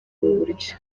buryo